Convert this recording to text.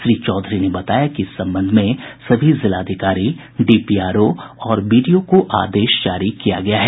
श्री चौधरी ने बताया कि इस संबंध में सभी जिलाधिकारी डीपीआरओ और बीडीओ को आदेश जारी किया गया है